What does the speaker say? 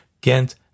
Ghent